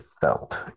felt